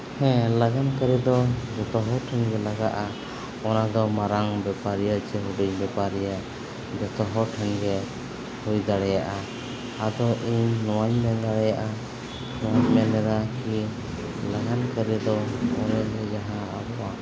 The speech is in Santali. ᱦᱮᱸ ᱞᱟᱜᱟᱱ ᱠᱟᱹᱨᱤ ᱫᱚ ᱡᱚᱛᱚ ᱦᱚᱲ ᱴᱷᱮᱱ ᱜᱮ ᱞᱟᱜᱟᱜᱼᱟ ᱚᱱᱟᱫᱚ ᱢᱟᱨᱟᱝ ᱵᱮᱯᱟᱨᱤᱭᱟᱹ ᱵᱮᱯᱟᱨᱤᱭᱟᱹ ᱡᱚᱛᱚ ᱦᱚᱲ ᱴᱷᱮᱱ ᱜᱮ ᱦᱩᱭ ᱫᱟᱲᱮᱭᱟᱜᱼᱟ ᱟᱫᱚ ᱤᱧ ᱱᱚᱣᱟᱧ ᱢᱮᱱ ᱫᱟᱲᱮᱭᱟᱜᱼᱟ ᱤᱧ ᱢᱮᱱ ᱮᱫᱟ ᱡᱮ ᱞᱟᱜᱟᱱ ᱠᱟᱹᱨᱤ ᱫᱚ ᱚᱸᱰᱮ ᱜᱮ ᱡᱟᱦᱟᱸ ᱟᱵᱚᱣᱟᱜ